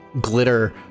glitter